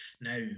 now